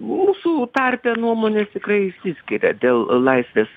mūsų tarpe nuomonės išsiskiria dėl laisvės